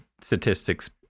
statistics